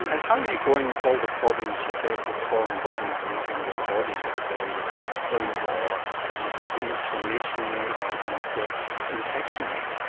and how are you going with all the problems you get with foreign bodies in in the body, the body rejects them or you get inflammation or you get infection.